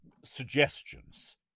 suggestions